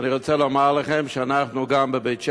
אני רוצה לומר לכם שגם אנחנו בבית-שמש